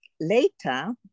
later